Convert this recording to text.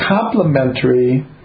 complementary